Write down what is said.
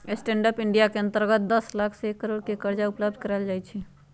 stand up India के अंतर्गत दस लाख से एक करोड़ के करजा उपलब्ध करायल जाइ छइ